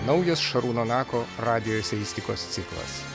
naujas šarūno nako radijo eseistikos ciklas